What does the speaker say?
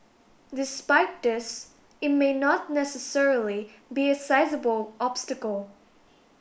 despite this it may not necessarily be a sizeable obstacle